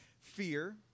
fear